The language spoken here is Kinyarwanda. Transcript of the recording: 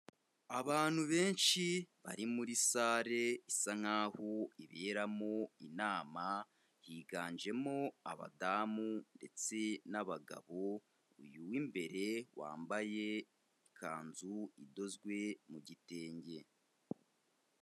Abantu benshi bari muri salle isa nk'aho iberamo inama, higanjemo abadamu ndetse n'abagabo, uyu w'imbere wambaye ikanzu idozwe mu gitenge.